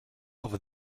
over